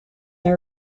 they